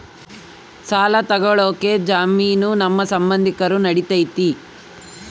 ಸಾಲ ತೊಗೋಳಕ್ಕೆ ಜಾಮೇನು ನಮ್ಮ ಸಂಬಂಧಿಕರು ನಡಿತೈತಿ?